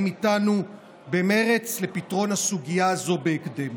איתנו במרץ לפתרון הסוגיה הזאת בהקדם.